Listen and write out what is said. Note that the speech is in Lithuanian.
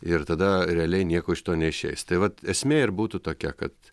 ir tada realiai nieko iš to neišeis tai vat esmė ir būtų tokia kad